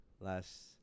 Last